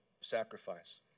sacrifice